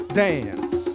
dance